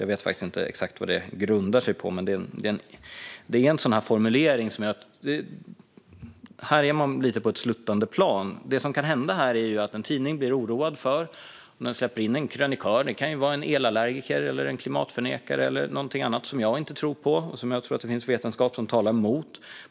Jag vet faktiskt inte exakt vad det grundar sig på, men med en sådan formulering är man lite på ett sluttande plan. Det som kan hända är att en tidning blir oroad när det gäller att släppa in en krönikör. Det kan vara en elallergiker, en klimatförnekare eller något annat som jag inte tror på och som jag tror att det finns vetenskap som talar mot.